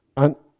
and,